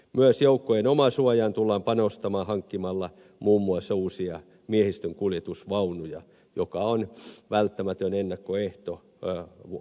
myös joukkojen omasuojaan tullaan panostamaan hankkimalla muun muassa uusia miehistönkuljetusvaunuja joka on välttämätön ennakkoehto osallistumiselle